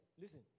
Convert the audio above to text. Listen